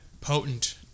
potent